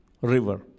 river